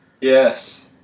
Yes